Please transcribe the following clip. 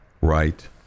right